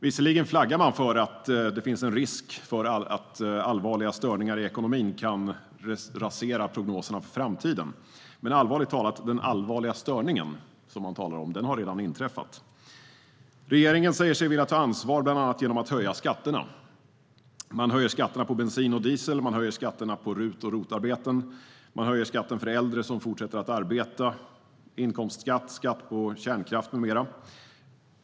Visserligen flaggar man för att allvarliga störningar i ekonomin kan rasera prognoserna om framtiden. Men allvarligt talat: Den allvarliga störning man talar om har redan inträffat. Regeringen säger sig vilja ta ansvar, bland annat genom att höja skatterna. Man höjer skatterna på bensin och diesel, man höjer skatterna på RUT och ROT-arbeten och man höjer skatten för äldre som fortsätter att arbeta. Man höjer inkomstskatten och skatten på kärnkraftverk med mera.